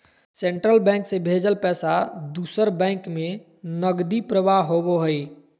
central bank से भेजल पैसा दूसर बैंक में नकदी प्रवाह होबो हइ